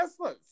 Teslas